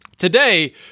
Today